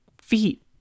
feet